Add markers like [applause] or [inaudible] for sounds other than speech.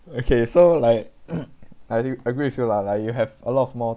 okay so like [coughs] I ag~ agree with you lah like you have a lot of more